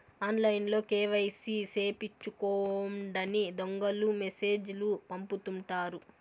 ఆన్లైన్లో కేవైసీ సేపిచ్చుకోండని దొంగలు మెసేజ్ లు పంపుతుంటారు